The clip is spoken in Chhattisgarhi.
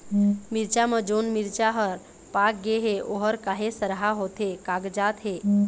मिरचा म जोन मिरचा हर पाक गे हे ओहर काहे सरहा होथे कागजात हे?